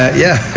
yeah.